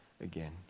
again